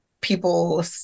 people